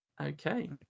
Okay